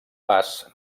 pas